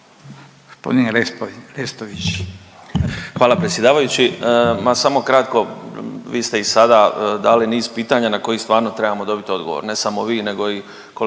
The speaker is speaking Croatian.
Hvala predsjedavajući.